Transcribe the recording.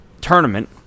tournament